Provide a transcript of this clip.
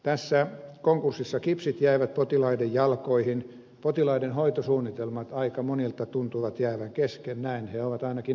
tässä konkurssissa kipsit jäivät potilaiden jalkoihin potilaiden hoitosuunnitelmat aika monilta tuntuivat jäävän kesken näin he ovat ainakin ilmoittaneet